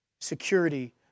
Security